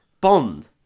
Bond